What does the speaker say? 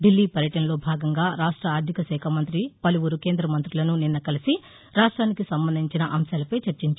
ఢిల్లీ పర్యటనలో భాగంగా రాష్ట ఆర్ధిక శాఖ మంత్రి పలువురు కేంద్రమంత్రులను నిన్న కలిసి రాష్ట్రెనికి సంబంధించిన అంశాలపై చర్చించారు